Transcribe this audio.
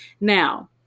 now